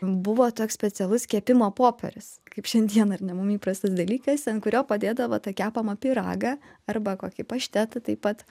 buvo toks specialus kepimo popierius kaip šiandien ar ne mum įprastas dalykas ant kurio padėdavo tą kepamą pyragą arba kokį paštetą taip pat